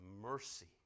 mercy